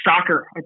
soccer